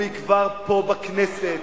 הוא יגבר פה, בכנסת,